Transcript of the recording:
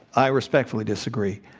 i, respectfully, disagree.